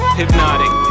hypnotic